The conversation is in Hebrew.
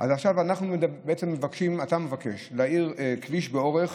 אתה מבקש להאיר קטע בתוך